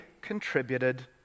contributed